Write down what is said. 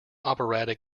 operatic